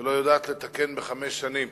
ולא יודעת לתקן בחמש שנים?